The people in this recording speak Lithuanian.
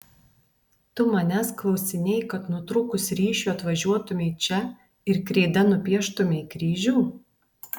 tu manęs klausinėji kad nutrūkus ryšiui atvažiuotumei čia ir kreida nupieštumei kryžių